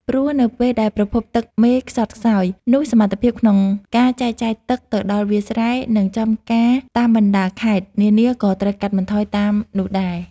ព្រោះនៅពេលដែលប្រភពទឹកមេខ្សត់ខ្សោយ នោះសមត្ថភាពក្នុងការចែកចាយទឹកទៅដល់វាលស្រែ និងចំការតាមបណ្ដាខេត្តនានាក៏ត្រូវកាត់បន្ថយតាមនោះដែរ។